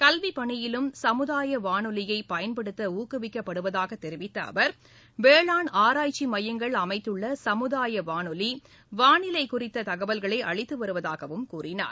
கல்விப் பணியிலும் சமுதாய வானொலியை பயன்படுத்த ஊக்குவிக்கப்படுவதாகத் தெரிவித்த அவர் வேளாண் ஆராய்ச்சி மையங்கள் அமைத்துள்ள சமுதாய வானொலி வானிலை குறித்த தகவல்களை அளித்து வருவதாகவும் கூறினார்